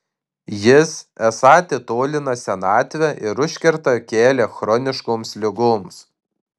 jis esą atitolina senatvę ir užkerta kelią chroniškoms ligoms